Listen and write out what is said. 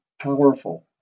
powerful